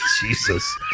Jesus